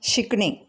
शिकणे